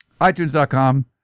itunes.com